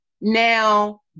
Now